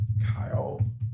Kyle